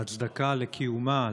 ההצדקה לקיומה,